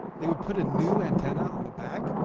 they would put a new antenna on the back.